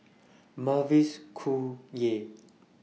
Mavis Khoo Oei